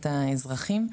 את האזרחים.